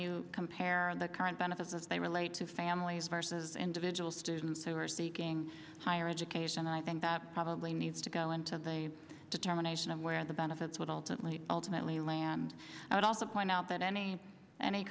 you compare the current benefits as they relate to families versus individual students who are seeking higher education i think that probably needs to go into of a determination of where the benefits would ultimately ultimately land i would also point out that any an